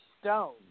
Stone